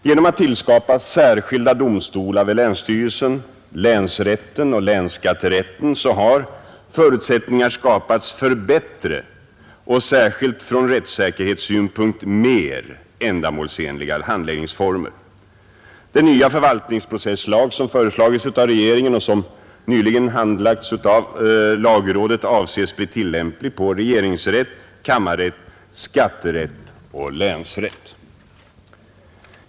Genom att tillskapa särskilda domstolar vid länsstyrelsen — länsrätten och länsskatterätten — har förutsättningar skapats för bättre och, särskilt ur rättssäkerhetssynpunkt, mer ändamålsenliga handläggningsformer. Den nya förvaltningsprocesslag som föreslagits av regeringen och som nyligen handlagts av lagrådet avses bli tillämplig på regeringsrätten, kammarrätten, skatterätt och länsrätt.